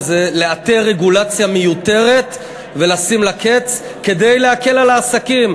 וזה לאתר רגולציה מיותרת ולשים לה קץ כדי להקל על העסקים.